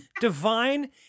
Divine